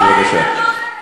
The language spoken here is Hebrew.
אל תסתמו לנו את הפה.